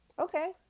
okay